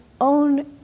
own